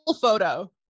photo